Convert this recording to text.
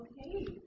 Okay